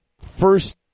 first